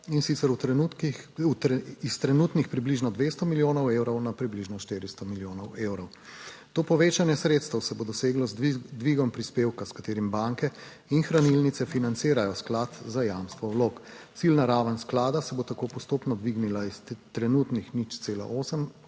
trenutkih, iz trenutnih približno 200 milijonov evrov na približno 400 milijonov evrov. To povečanje sredstev se bo doseglo z dvigom prispevka, s katerim banke in hranilnice financirajo sklad za jamstvo vlog. Ciljna raven sklada se bo tako postopno dvignila iz trenutnih 0,8 procenta